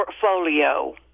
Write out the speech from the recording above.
portfolio